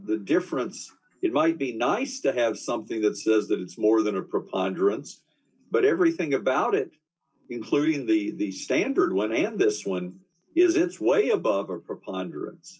d difference it might be nice to have something that says that it's more d than a preponderance but everything about it including the the standard one and this one is it's way above a preponderance